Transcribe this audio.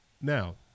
Now